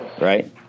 right